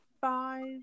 five